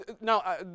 now